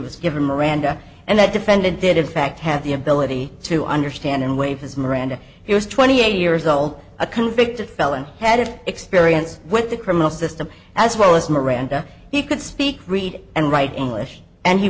was given miranda and that defendant did in fact have the ability to understand and waive his miranda he was twenty eight years old a convicted felon had experience with the criminal system as well as miranda he could speak read and write english and he